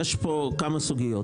יש כאן כמה סוגיות.